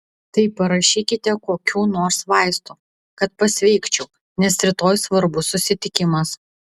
tai parašykite kokių nors vaistų kad pasveikčiau nes rytoj svarbus susitikimas